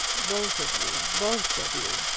both of you! both of you!